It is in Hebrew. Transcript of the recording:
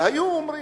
אמרו: